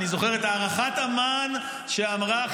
אני זוכר את הערכת אמ"ן שאמרה,